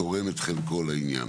תורם את חלקו לעניין.